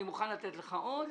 אני מוכן לתת לך עוד.